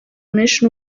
menshi